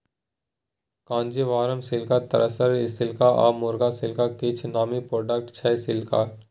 Kanjeevaram silk, tussar silk आ muga silk किछ नामी प्रोडक्ट छै सिल्कक